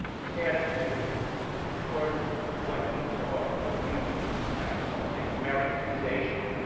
his attitude towards what he saw or what we would perhaps call today americanization,